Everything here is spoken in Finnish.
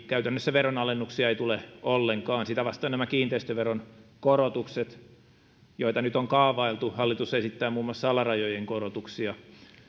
käytännössä veronalennuksia tule ollenkaan sitä vastoin tulee kiinteistöveron korotukset joita nyt on kaavailtu hallitus esittää muun muassa alarajojen korotuksia